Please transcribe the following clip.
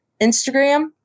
Instagram